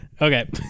okay